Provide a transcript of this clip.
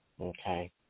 Okay